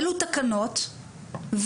אלו תקנות,